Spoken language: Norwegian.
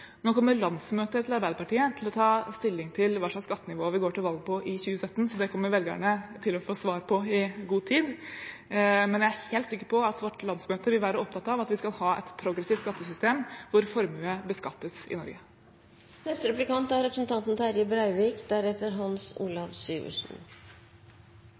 Nå kommer landsmøtet til Arbeiderpartiet til å ta stilling til hva slags skattenivå vi går til valg på i 2017 – det kommer velgerne til å få svar på i god tid. Men jeg er helt sikker på at vårt landsmøte vil være opptatt av at vi skal ha et progressivt skattesystem, hvor formue beskattes i Norge. Med litt velvilje tolkar eg avslutninga på innlegget til representanten Marthinsen dit at Arbeidarpartiet no er